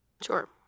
Sure